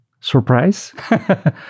surprise